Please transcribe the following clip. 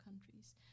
countries